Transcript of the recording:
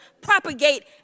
propagate